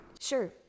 Sure